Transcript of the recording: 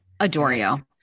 adorio